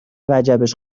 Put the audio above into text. وجبش